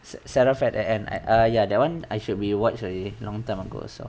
sa~ saraf at the end I uh ya that one I should be watched already long time ago also